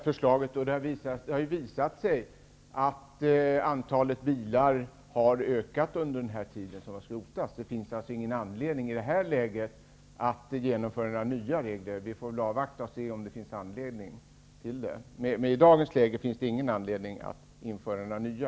Herr talman! Det har ju visat sig att antalet bilar som skrotas har ökat. Det finns alltså ingen anledning att i det här läget införa nya regler. Vi får väl avvakta och se vad som händer, men i dagens läge finns det inte skäl för att ändra reglerna.